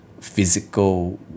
physical